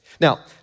Now